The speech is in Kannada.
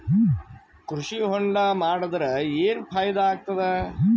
ಕೃಷಿ ಹೊಂಡಾ ಮಾಡದರ ಏನ್ ಫಾಯಿದಾ ಆಗತದ?